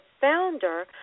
founder